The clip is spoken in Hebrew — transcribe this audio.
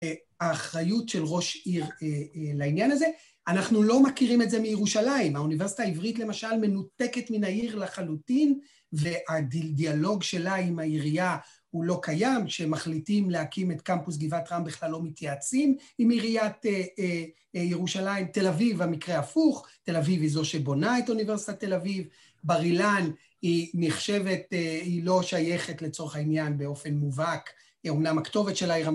האחריות של ראש עיר לעניין הזה. אנחנו לא מכירים את זה מירושלים, האוניברסיטה העברית למשל מנותקת מן העיר לחלוטין, והדיאלוג שלה עם העירייה הוא לא קיים, שמחליטים להקים את קמפוס גבעת רם, בכלל לא מתייעצים עם עיריית ירושלים. תל אביב המקרה הפוך, תל אביב היא זו שבונה את אוניברסיטת תל אביב, בר אילן היא נחשבת, היא לא שייכת לצורך העניין באופן מובהק, אומנם הכתובת שלה היא..